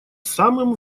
самым